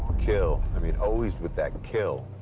kill. i mean, always with that kill,